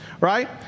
Right